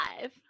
five